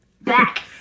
Back